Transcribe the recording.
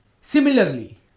Similarly